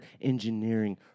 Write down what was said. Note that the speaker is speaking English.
engineering